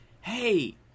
hey